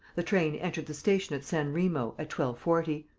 the train entered the station at san remo at twelve-forty.